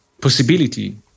possibility